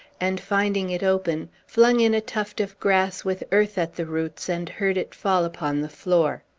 and, finding it open, flung in a tuft of grass with earth at the roots, and heard it fall upon the floor.